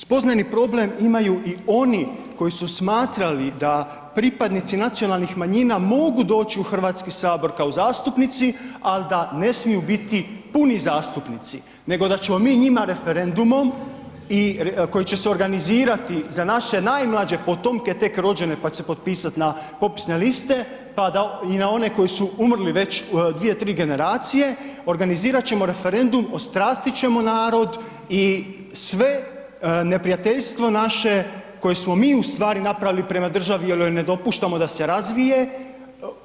Spoznajni problem imaju i oni koji su smatrali da pripadnici nacionalnih manjina mogu doći u HS kao zastupnici, ali da ne smiju biti puni zastupnici nego da ćemo mi njima referendumom koji će se organizirati za naše najmlađe potomke tek rođene pa će se potpisati na popisne liste i na one koji su umrli dvije, tri generacije, organizirat ćemo referendum ostrastit ćemo narod i sve neprijateljstvo naše koje smo mi ustvari napravili prema državi jel joj ne dopuštamo da se razvije,